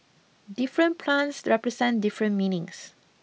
different plants represent different meanings